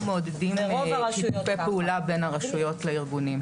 אנחנו מעודדים שיתופי פעולה בין הרשויות לארגונים.